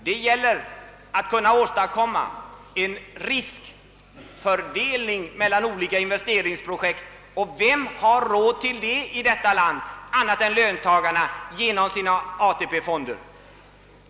Det gäller att åstadkomma en riskfördelning mellan olika investeringsprojekt, och vem har råd till det i detta land annat än löntagarna genom sina ATP-fonder.